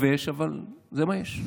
יבש, אבל זה מה יש.